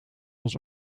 ons